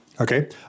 Okay